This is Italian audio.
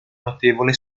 notevole